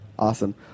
Awesome